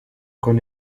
con